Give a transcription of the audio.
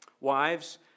wives